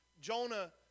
Jonah